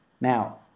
Now